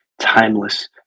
timeless